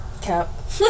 cap